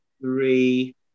three